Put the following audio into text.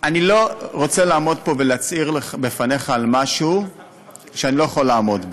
לא רוצה לעמוד פה ולהצהיר בפניך על משהו שאני לא יכול לעמוד בו.